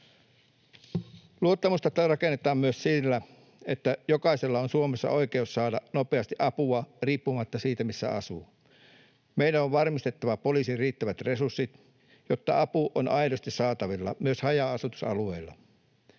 Luottamusta rakennetaan myös sillä, että jokaisella on Suomessa oikeus saada nopeasti apua riippumatta siitä, missä asuu. Meidän on varmistettava poliisin riittävät resurssit, jotta apu on aidosti saatavilla myös haja-asutusalueilla